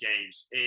games